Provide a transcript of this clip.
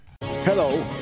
Hello